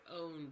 own